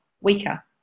weaker